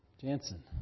Jansen